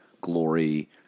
glory